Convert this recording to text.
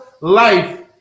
life